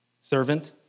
servant